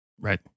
Right